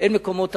אין מקומות עבודה.